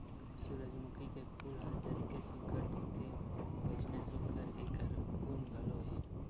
सूरजमूखी के फूल ह जतके सुग्घर दिखथे वइसने सुघ्घर एखर गुन घलो हे